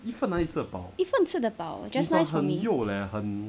一份吃的饱 just nice for me